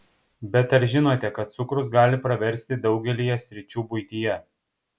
bet ar žinote kad cukrus gali praversti daugelyje sričių buityje